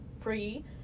free